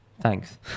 Thanks